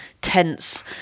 tense